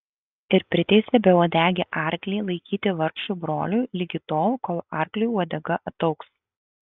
ir priteisė beuodegį arklį laikyti vargšui broliui ligi tol kol arkliui uodega ataugs